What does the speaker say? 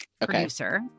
producer